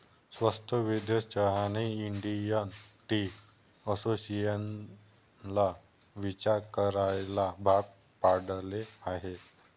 स्वस्त विदेशी चहाने इंडियन टी असोसिएशनला विचार करायला भाग पाडले आहे